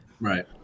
Right